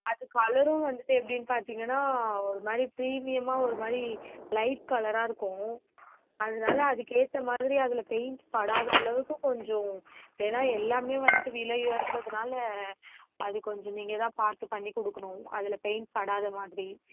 அது கலரும் வந்துட்டு எப்படின்னு பார்த்தீங்கன்னா ஒரு மாதிரி ப்ரீமியமாக ஒரு மாதிரி லைட் கலராக இருக்கும் அதனால் அதுக்கு ஏற்ற மாதிரி அதில் பெயிண்ட் படாத அளவுக்கு கொஞ்சம் ஏன்னா எல்லாம் வந்துட்டு விலையுயர்ந்ததுனால அது கொஞ்சம் நீங்கள் தான் பார்த்து பண்ணிக் கொடுக்குணும் அதில் பெயிண்ட் படாத மாதிரி